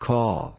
Call